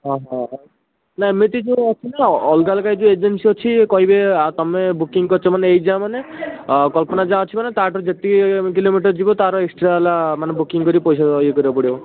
ହଁ ହଁ ନା ଏମିତି ଯେଉଁ ଅଛି ତ ଅଲଗା ଅଲଗା ଯେଉଁ ଏଜେନ୍ସି ଅଛି କହିବେ ତୁମେ ବୁକିଙ୍ଗ କରିଛ ମାନେ ଏଇ ଯାଏଁ ମାନେ କଳ୍ପନା ଯାଏଁ ଅଛି ମାନେ ତା' ଠାରୁ ଯେତିକି କିଲୋମିଟର ଯିବ ତା'ର ଏକ୍ସଟ୍ରା ହେଲା ମାନେ ବୁକିଙ୍ଗ କରି ପଇସା ଇଏ କରିବାକୁ ପଡ଼ିବ